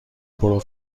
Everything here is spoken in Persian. پرو